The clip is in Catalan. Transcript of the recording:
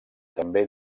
també